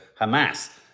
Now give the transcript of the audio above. Hamas